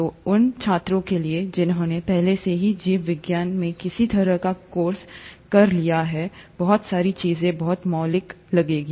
तो उन छात्रों के लिए जिन्होंने पहले से ही जीव विज्ञान में किसी तरह का कोर्स कर लिया है बहुत सारी चीजें बहुत मौलिक लगेंगी